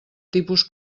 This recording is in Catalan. tipus